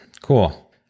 Cool